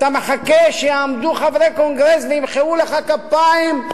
אתה מחכה שיעמדו חברי קונגרס וימחאו לך כפיים,